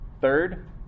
Third